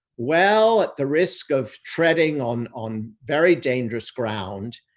well, at the risk of treading on on very dangerous ground,